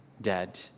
dead